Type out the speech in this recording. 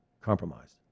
compromised